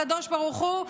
הקדוש ברוך הוא,